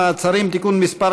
מעצרים) (תיקון מס'